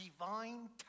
divine